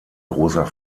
großer